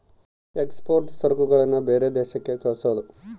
export ಸರಕುಗಳನ್ನ ಬೇರೆ ದೇಶಕ್ಕೆ ಕಳ್ಸೋದು